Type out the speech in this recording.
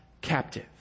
captive